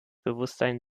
bewusstsein